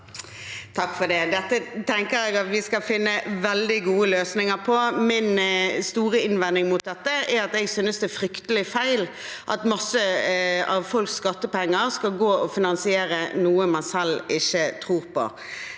Dette tenker jeg at vi skal finne veldig gode løsninger på. Min store innvending mot dette er at jeg synes det er fryktelig feil at masse av folks skattepenger skal gå til å finansiere noe man selv ikke tror på.